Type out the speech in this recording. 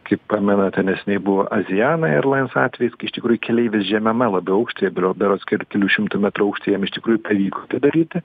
kaip pamenate neseniai buvo azijana airlines atvejis kai iš tikrųjų keleivis žemema labiau aukšty berod berods ir kelių šimtų metrų aukštyje jam iš tikrųjų pavyko atidaryti